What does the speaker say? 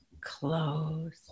close